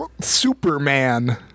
Superman